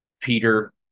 Peter